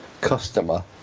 customer